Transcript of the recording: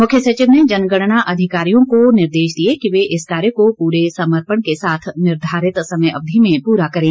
मुख्य सचिव ने जनगणना अधिकारियों को निर्देश दिए कि वे इस कार्य को पूरे समर्पण के साथ निर्धारित समय अवधि में पूरा करें